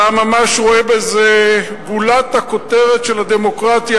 אתה ממש רואה בזה גולת הכותרת של הדמוקרטיה,